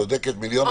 את צודקת במאה אחוזים.